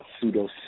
pseudo